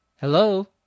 Hello